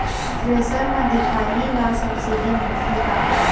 Thresher म दिखाही ला सब्सिडी मिलथे का?